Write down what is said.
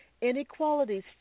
inequalities